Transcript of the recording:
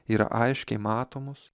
yra aiškiai matomos